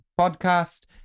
podcast